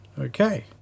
Okay